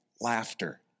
laughter